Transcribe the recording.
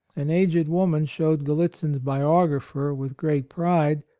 an aged woman showed gallitzin's biographer, with great pride,